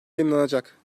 yayınlanacak